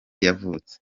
yavutse